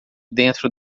dentro